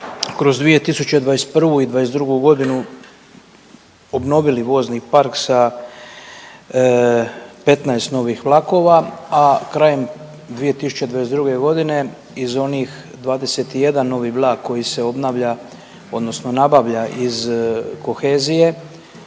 kroz 2021. i 2022. godinu obnovili vozni park sa 15 novih vlakova, a krajem 2022. godine iz onih 21 novi vlak koji se obnavlja, odnosno nabavlja iz kohezije